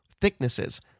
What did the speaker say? thicknesses